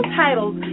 titles